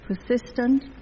persistent